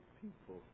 people